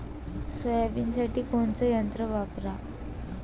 सोयाबीनसाठी कोनचं यंत्र वापरा?